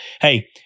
hey